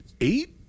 eight